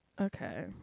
okay